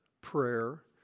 prayer